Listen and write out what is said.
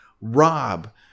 Rob